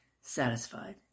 satisfied